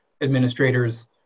administrators